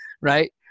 Right